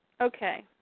Okay